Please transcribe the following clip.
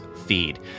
feed